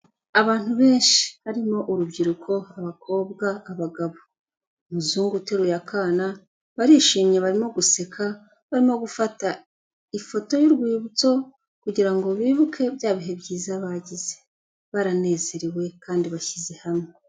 Abantu benshi, harimo urubyiruko, abakobwa, abagabo, umuzungu uteruye akana, barishimye barimo guseka, barimo gufata ifoto y'urwibutso kugi rango bibuke bya bihe byiza bagize baranezerewe kandi bashyize hamwe.